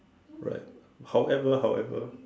right however however